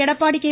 Edappadi K